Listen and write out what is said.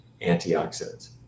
antioxidants